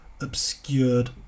obscured